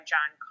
John